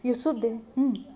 you also think